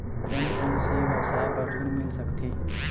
कोन कोन से व्यवसाय बर ऋण मिल सकथे?